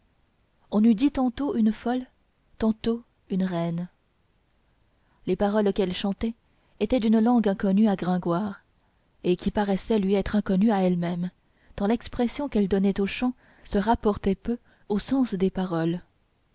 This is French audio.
on eût dit tantôt une folle tantôt une reine les paroles qu'elle chantait étaient d'une langue inconnue à gringoire et qui paraissait lui être inconnue à elle-même tant l'expression qu'elle donnait au chant se rapportait peu au sens des paroles